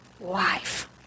life